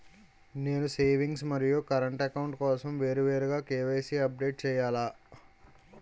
నేను సేవింగ్స్ మరియు current account కోసం వేరువేరుగా కే.వై.సీ అప్డేట్ చేయాలా?